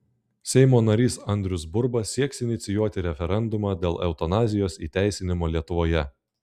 seimo narys andrius burba sieks inicijuoti referendumą dėl eutanazijos įteisinimo lietuvoje